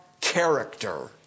character